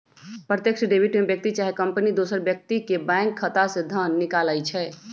प्रत्यक्ष डेबिट में व्यक्ति चाहे कंपनी दोसर व्यक्ति के बैंक खता से धन निकालइ छै